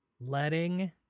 letting